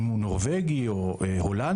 אם הוא נורווגי או הולנדי.